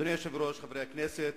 אדוני היושב-ראש, חברי הכנסת,